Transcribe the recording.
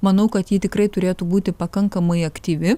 manau kad ji tikrai turėtų būti pakankamai aktyvi